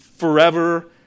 forever